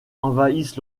envahissent